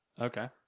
Okay